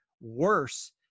worse